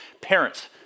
Parents